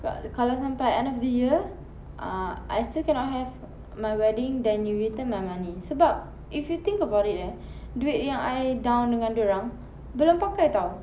kalau sampai end of the year ah I still cannot have my wedding then you return my money sebab if you think about it eh duit yang I down dengan dorang belum pakai [tau]